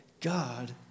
God